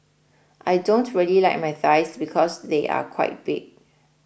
I don't really like my thighs because they are quite big